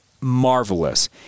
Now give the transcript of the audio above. marvelous